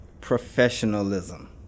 professionalism